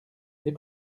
les